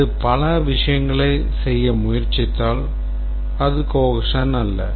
அது பல விஷயங்களைச் செய்ய முயற்சித்தால் அது cohesion அல்ல